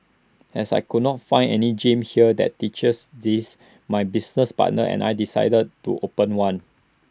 as I could not find any gym here that teaches this my business partners and I decided to open one